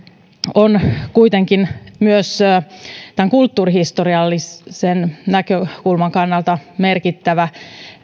on kuitenkin myös kulttuurihistoriallisen näkökulman kannalta merkittävä